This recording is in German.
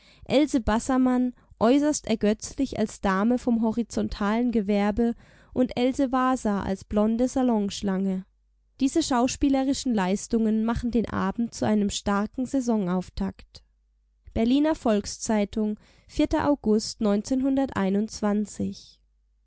else bassermann äußerst ergötzlich als dame vom horizontalen gewerbe und else wasa als blonde salonschlange diese schauspielerischen leistungen machen den abend zu einem starken saisonauftakt berliner volks-zeitung august